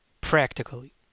practically